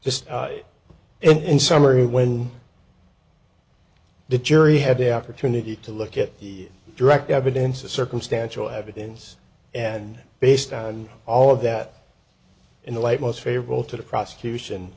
just in summary when the jury had a opportunity to look at the direct evidence of circumstantial evidence and based on all of that in the light most favorable to the prosecution